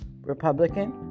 Republican